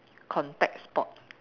contact sport